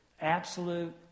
absolute